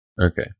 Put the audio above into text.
Okay